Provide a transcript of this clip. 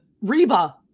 Reba